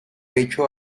hecho